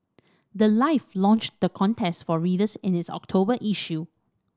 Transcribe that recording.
the life launched the contest for readers in its October issue